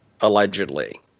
allegedly